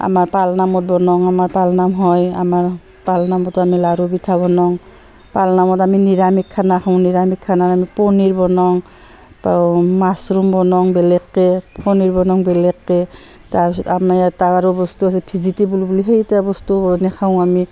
আমাৰ পালনামত বনাওঁ আমাৰ পালনাম হয় আমাৰ পালনামতো আমি লাড়ু পিঠা বনাওঁ পালনামত আমি নিৰামিষ খানা খাওঁ নিৰামিষ খানাৰ আমি পনীৰ বনাওঁ বা মাছৰুম বনাওঁ বেলেগকৈ পনীৰ বনাওঁ বেলেগকৈ তাৰপিছত আমাৰ আৰু এটা বস্তু আছে ভেজিটেবুল বুলি সেইটা বস্তু বনাই খাওঁ আমি